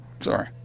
Sorry